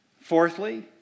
Fourthly